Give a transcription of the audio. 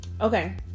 Okay